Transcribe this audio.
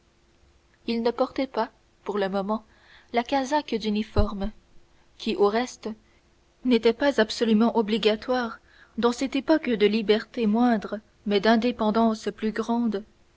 il ne portait pas pour le moment la casaque d'uniforme qui au reste n'était pas absolument obligatoire dans cette époque de liberté moindre mais d'indépendance plus grande